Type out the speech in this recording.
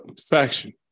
faction